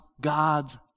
God's